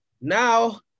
now